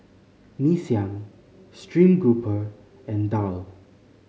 Mee Siam stream grouper and daal